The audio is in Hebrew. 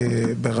סתם